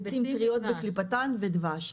ביצים טריות בקליפתן ודבש.